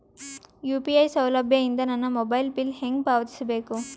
UPI ಸೌಲಭ್ಯ ಇಂದ ನನ್ನ ಮೊಬೈಲ್ ಬಿಲ್ ಹೆಂಗ್ ಪಾವತಿಸ ಬೇಕು?